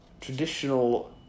traditional